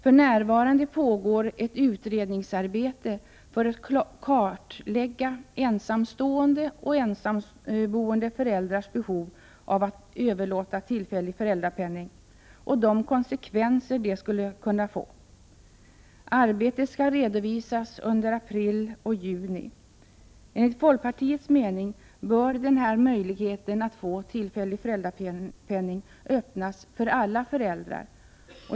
För närvarande pågår ett utredningsarbete för att kartlägga ensamstående och ensamboende föräldrars behov av att överlåta tillfällig föräldrapenning och de konsekvenser detta skulle medföra. Arbetet skall redovisas under april och juni. Enligt folkpartiets mening bör denna möjlighet att få tillfällig föräldrapenning öppnas för alla föräldrar.